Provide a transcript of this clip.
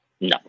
No